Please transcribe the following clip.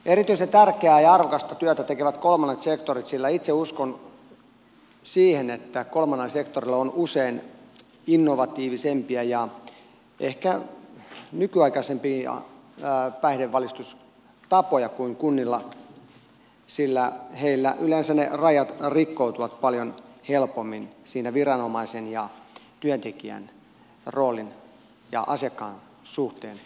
erityisen tärkeää ja arvokasta työtä tekee kolmas sektori sillä itse uskon siihen että kolmannella sektorilla on usein innovatiivisempia ja ehkä nykyaikaisempia päihdevalistustapoja kuin kunnilla sillä heillä yleensä ne rajat rikkoutuvat paljon helpommin siinä suhteessa työntekijän ja asiakkaan kesken